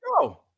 go